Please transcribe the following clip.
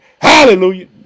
Hallelujah